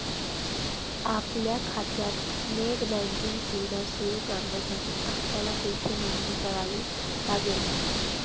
आपल्या खात्यात net banking सुविधा सुरू करण्यासाठी आपल्याला येथे नोंदणी करावी लागेल